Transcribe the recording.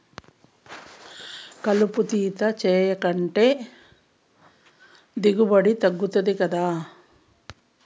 కలుపు తీత సేయకంటే దిగుబడి తగ్గుతది గదా